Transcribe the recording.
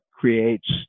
creates